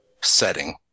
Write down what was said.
setting